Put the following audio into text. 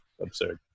absurd